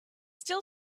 still